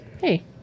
hey